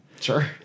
Sure